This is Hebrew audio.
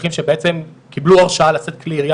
מאבטחים שבעצם קיבלו הרשאה לשאת כלי יריה